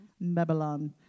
Babylon